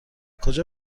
کجا